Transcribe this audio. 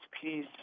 peace